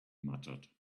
muttered